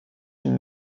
une